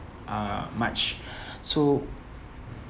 uh much so